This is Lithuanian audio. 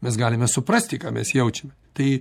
mes galime suprasti ką mes jaučiame tai